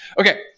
Okay